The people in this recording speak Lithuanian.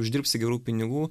uždirbsi gerų pinigų